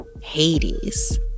Hades